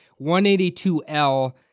182L